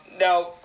now